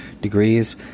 degrees